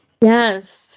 Yes